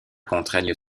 contraignent